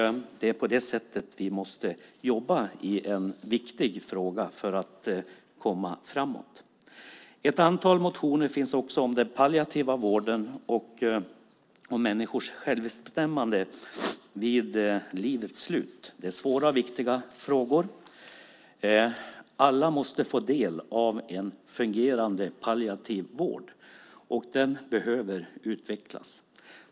Det är på det sättet vi måste jobba i en viktig fråga för att komma framåt. Ett antal motioner finns också om den palliativa vården och om människors självbestämmande vid livets slut. Det är svåra och viktiga frågor. Alla måste få del av en fungerande palliativ vård, och den behöver utvecklas.